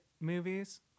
movies